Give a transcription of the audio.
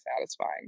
satisfying